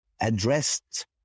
addressed